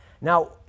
Now